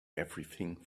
everything